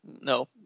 No